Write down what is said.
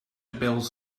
bills